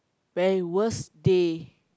very worst day